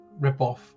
ripoff